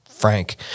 Frank